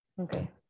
Okay